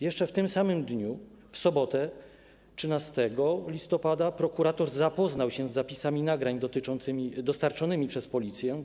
Jeszcze w tym samym dniu, w sobotę 13 listopada, prokurator zapoznał się z zapisami nagrań dostarczonymi przez Policję.